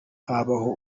habaho